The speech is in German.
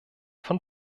von